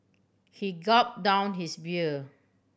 he gulp down his beer